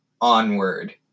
Onward